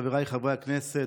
חבריי חברי הכנסת,